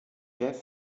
jeff